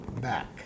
back